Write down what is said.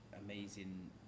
amazing